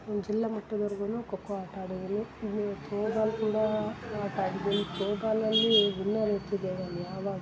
ಜಿಲ್ಲ ಮಟ್ಟದ್ವರ್ಗುನು ಖೋಖೋ ಆಟ ಆಡಿದ್ದೀನಿ ಇನ್ನು ತ್ರೋಬಾಲ್ ಕೂಡಾ ಆಟ ಆಡಿದ್ದೀನಿ ತ್ರೋಬಾಲ್ನಲ್ಲಿ ವಿನ್ನರ್ ಇರ್ತಿದೆ ನಾನು ಯಾವಾಗಲು